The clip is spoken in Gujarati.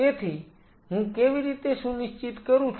તેથી હું કેવી રીતે સુનિશ્ચિત કરું છું